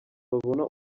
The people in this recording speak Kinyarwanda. babona